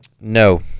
No